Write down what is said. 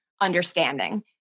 understanding